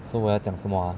so 我要讲什么 ah